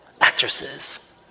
actresses